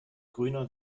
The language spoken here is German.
grüner